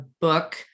book